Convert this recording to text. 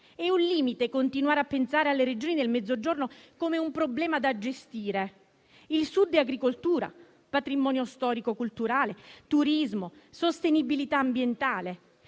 È un limite continuare a pensare alle Regioni del Mezzogiorno come a un problema da gestire. Il Sud è agricoltura, patrimonio storico-culturale, turismo, sostenibilità ambientale.